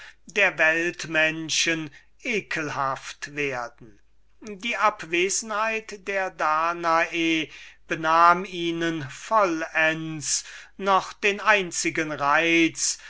der weltleute ekelhaft werden die abwesenheit der danae benahm ihnen vollends noch den einzigen reiz